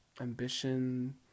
ambition